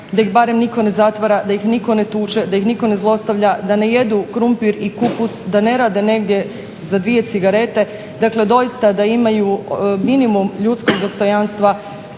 da ih barem niko ne zatvara, da ih nitko ne tuče, da ih nitko ne zlostavlja, da ne jedu krumpir i kupus, da ne rade negdje za 2 cigarete. Dakle, doista da imaju minimum ljudskog dostojanstva